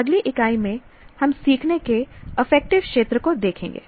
अगली इकाई में हम सीखने के अफेक्क्टिव क्षेत्र को देखेंगे